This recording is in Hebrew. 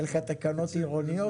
היו לך תקנות עירוניות?